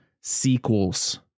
sequels